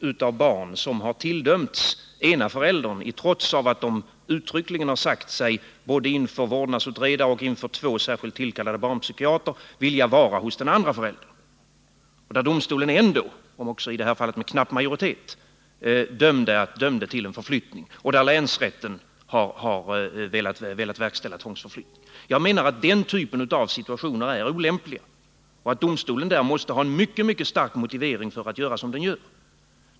Jag avser ett fall där ett barn har tilldömts ena föräldern, i trots av att det uttryckligen har sagt sig, både inför vårdnadsutredaren och inför två särskilt tillkallade barnpsykiatrer, vilja vara hos den andre föräldern. Domstolen har alltså, om än med knapp majoritet, dömt till en förflyttning, och länsrätten har velat verkställa tvångsförflyttningen. Jag menar att den typen av förfarande är olämplig och att domstolen måste ha en mycket stark motivering för att göra som den gör.